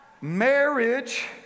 marriage